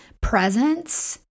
presence